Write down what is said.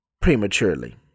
prematurely